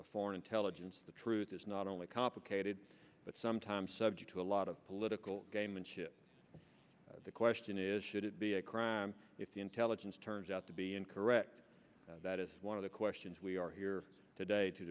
for intelligence the truth is not only complicated but sometimes subject to a lot of political gamesmanship the question is should it be a crime if the intelligence turns out to be incorrect that is one of the questions we are here today to